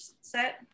set